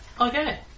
Okay